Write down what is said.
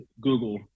Google